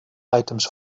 items